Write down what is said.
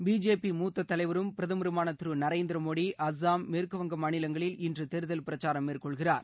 BJP மூத்த தலைவரும் பிரதமருமான திரு நரேந்திர மோடி அஸ்ஸாம் மேற்குவங்க மாநிலங்களில் இன்று தேர்தல் பிரச்சாரம் மேற்கொள்கிறார்